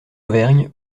auvergne